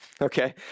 okay